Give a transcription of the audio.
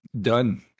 done